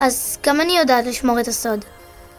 אז גם אני יודעת לשמור את הסוד.